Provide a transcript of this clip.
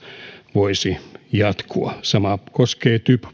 voisivat jatkua sama koskee typ